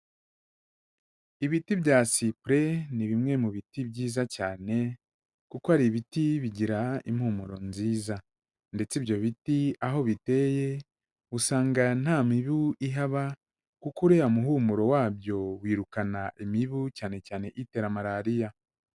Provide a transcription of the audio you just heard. Ibiti bya sipure ni bimwe mu biti byiza cyane kuko ari ibiti bigira impumuro nziza ndetse ibyo biti aho biteye usanga nta mibu ihaba kuko uriya muhumuro wabyo wirukana imibu, cyane cyane itera Malariya.